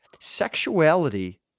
sexuality